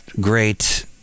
great